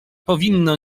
powinno